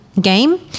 game